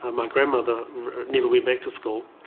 ah my grandmother never went back to school,